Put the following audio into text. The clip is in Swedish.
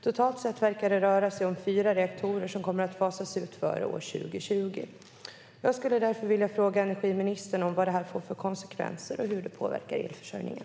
Totalt sett verkar det röra sig om fyra reaktorer som kommer att fasas ut före år 2020. Jag vill fråga energiministern: Vad får detta för konsekvenser, och hur påverkar det elförsörjningen?